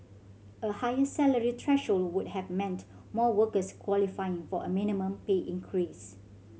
a higher salary threshold would have meant more workers qualifying for a minimum pay increase